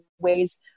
ways